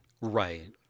Right